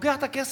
לוקח את הכסף,